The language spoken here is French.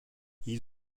ils